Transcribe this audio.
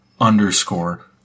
underscore